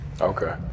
okay